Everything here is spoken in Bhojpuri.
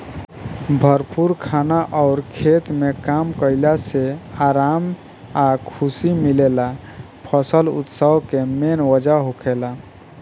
भरपूर खाना अउर खेत में काम कईला से आराम आ खुशी मिलेला फसल उत्सव के मेन वजह होखेला